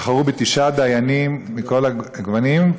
בחרו תשעה דיינים מכל הגוונים,